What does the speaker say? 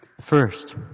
First